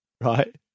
Right